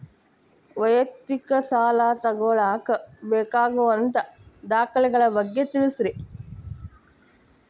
ವೈಯಕ್ತಿಕ ಸಾಲ ತಗೋಳಾಕ ಬೇಕಾಗುವಂಥ ದಾಖಲೆಗಳ ಬಗ್ಗೆ ತಿಳಸ್ರಿ